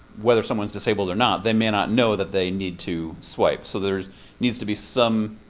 whether someone's disabled or not, they may not know that they need to swipe. so there needs to be some.